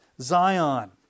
Zion